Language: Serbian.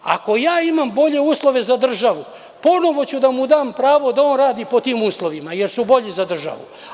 Ako ja imam bolje uslove za državu, ponovo ću da mu dam pravo da on radi po tim uslovima, jer su bolji za državu.